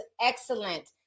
excellent